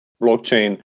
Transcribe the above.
blockchain